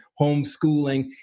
homeschooling